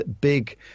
big